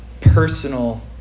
personal